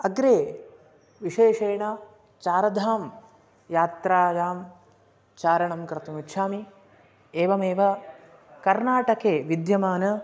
अग्रे विशेषेण चार् धां यात्रायां चारणं कर्तुमिच्छामि एवमेव कर्नाटकेविद्यमान